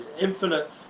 infinite